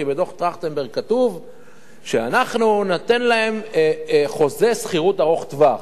כי בדוח-טרכטנברג כתוב שאנחנו ניתן להם חוזה שכירות ארוך טווח.